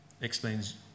explains